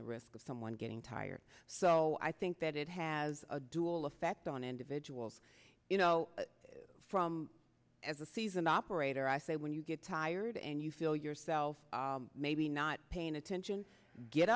the risk of someone getting tired so i think that it has a dual effect on individuals you know from as a seasoned operator i say when you get tired and you feel yourself maybe not paying attention get